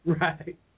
Right